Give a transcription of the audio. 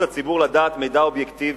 צורת התנהלותם במיוחד בתחום הפוליטי.